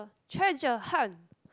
treasure hunt